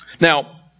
Now